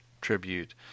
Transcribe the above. tribute